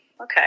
Okay